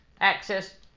access